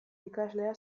ikaslea